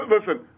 listen